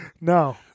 No